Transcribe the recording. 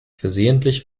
versehentlich